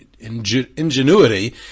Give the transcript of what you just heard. ingenuity